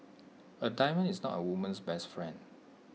A diamond is not A woman's best friend